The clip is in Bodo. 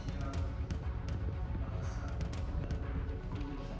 चिरां बाग्सा अदालगुरि धुबुरि